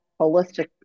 holistic